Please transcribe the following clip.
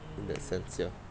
in that sense ya